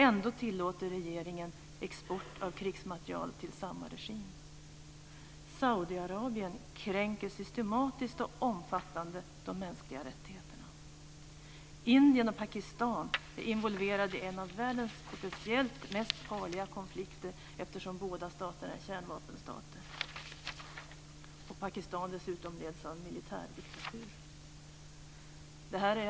Ändå tillåter regeringen export av krigsmateriel till samma regim. Saudiarabien kränker systematiskt och omfattande de mänskliga rättigheterna. Indien och Pakistan är involverade i en av världens potentiellt farligaste konflikter eftersom båda staterna är kärnvapenstater. Pakistan leds dessutom av en militärdiktatur.